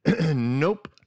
Nope